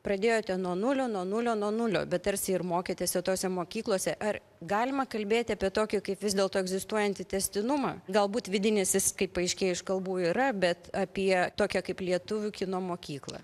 pradėjote nuo nulio nuo nulio nuo nulio bet tarsi ir mokėtės ir tose mokyklose ar galima kalbėti apie tokį kaip vis dėlto egzistuojantį tęstinumą galbūt vidinis jis kaip paaiškėjo iš kalbų yra bet apie tokią kaip lietuvių kino mokyklą